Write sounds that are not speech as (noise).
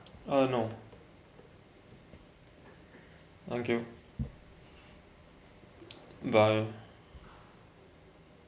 uh no thank you (noise) bye